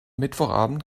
mittwochabend